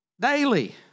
Daily